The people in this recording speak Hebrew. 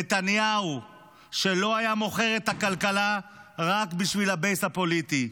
נתניהו שלא היה מוכר את הכלכלה רק בשביל הבייס הפוליטי,